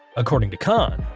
according to khan,